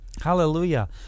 Hallelujah